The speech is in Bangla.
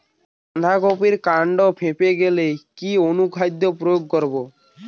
বাঁধা কপির কান্ড ফেঁপে গেলে কি অনুখাদ্য প্রয়োগ করব?